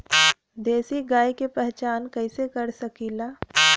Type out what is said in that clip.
देशी गाय के पहचान कइसे कर सकीला?